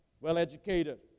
well-educated